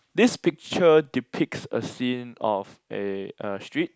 this picture depicts a scene of a a street